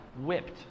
whipped